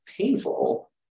painful